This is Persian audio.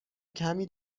کمی